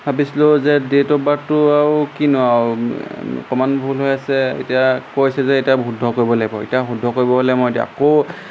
ভাবিছিলোঁ যে date of বাৰ্থটো আৰু কিনো আৰু অকণমান ভুল হৈ আছে এতিয়া কৈ আছে যে এতিয়া শুদ্ধ কৰিব লাগিব এতিয়া শুদ্ধ কৰিব হ'লে মই এতিয়া আকৌ